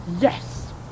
Yes